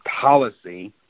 policy